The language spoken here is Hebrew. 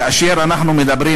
כאשר אנחנו מדברים,